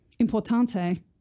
Importante